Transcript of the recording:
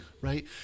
right